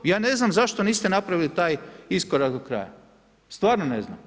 I ja ne znam zašto niste napravili taj iskorak do kraja, stvarno ne znam.